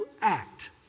act